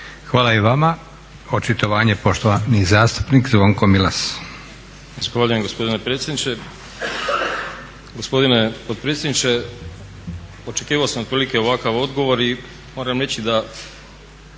Hvala i vama. Očitovanje poštovani zastupnik Zvonko Milas.